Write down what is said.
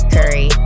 Curry